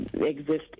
exist